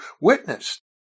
witnessed